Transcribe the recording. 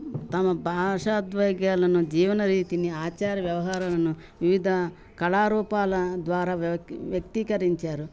తమ భాషా ఉద్వేగాలను జీవన రీతిని ఆచార వ్యవహారాలను వివిధ కళారూపాల ద్వారా వ్య వ్యక్తీకరించారు